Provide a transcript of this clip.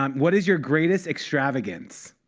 um what is your greatest extravagance?